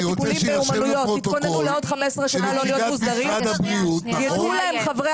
אני רוצה שירשמו פרוטוקול שנציגת משרד הבריאות -- חברי